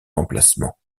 emplacement